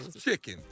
chicken